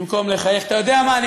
במקום לחייך, אתה יודע מה, אני